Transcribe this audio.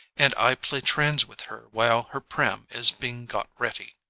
and i play trains with her while her pram is being got ready.